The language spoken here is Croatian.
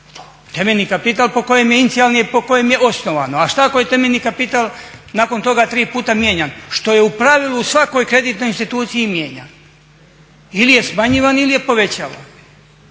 temeljni kapital po kojem je inicijalni po kojem je osnovano, a šta ako je temeljni kapital nakon toga 3 puta mijenjan što je u pravilu u svakoj kreditnoj instituciji mijenjano? Ili je smanjivan ili je povećavan.